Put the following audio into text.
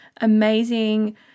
amazing